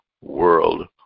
world